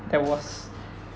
that was